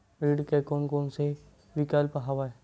ऋण के कोन कोन से विकल्प हवय?